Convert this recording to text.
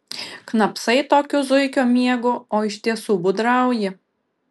knapsai tokiu zuikio miegu o iš tiesų būdrauji